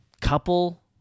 couple